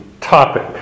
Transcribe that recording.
topic